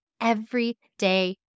everyday